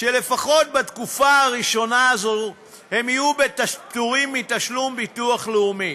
שלפחות בתקופה הראשונה הזאת הם יהיו פטורים מתשלום ביטוח לאומי.